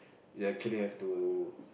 you'll actually have to